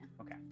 Okay